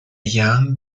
young